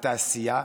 בתעשייה,